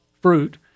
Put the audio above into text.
fruit